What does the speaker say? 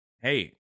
hey